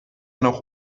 noch